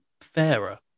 fairer